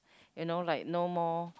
you know like no more